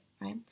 right